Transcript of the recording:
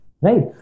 right